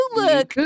look